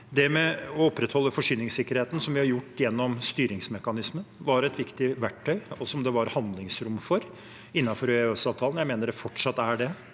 det. Det å opprettholde forsyningssikkerheten slik vi har gjort det gjennom styringsmekanismene, har vært et viktig verktøy, som det var handlingsrom for innenfor EØS-avtalen. Jeg mener det fortsatt er det,